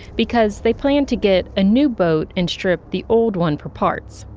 because they plan to get a new boat and strip the old one for parts.